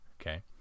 Okay